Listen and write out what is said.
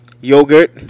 Yogurt